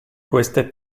queste